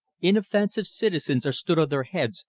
inoffensive citizens are stood on their heads,